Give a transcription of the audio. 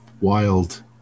wild